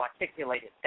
articulated